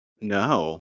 No